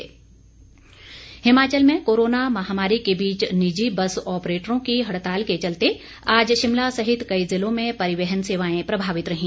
बस हड़ताल हिमाचल में कोरोना महामारी के बीच निजी बस आपरेटरों की हड़ताल के चलते आज शिमला सहित कई जिलों में परिवहन सेवाएं प्रभावित रही